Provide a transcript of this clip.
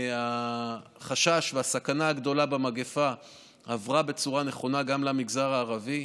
החשש והסכנה הגדולה במגפה עברו בצורה נכונה גם למגזר הערבי.